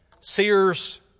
Sears